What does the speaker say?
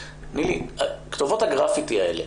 כתובות הגרפיטי האלה,